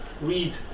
read